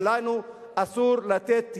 ולנו אסור לתת יד,